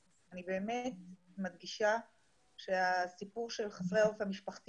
אני חושב שצריך להרחיב הכנה לשחרור,